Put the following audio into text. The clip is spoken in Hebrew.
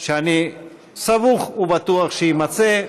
שאני סמוך ובטוח שיימצא.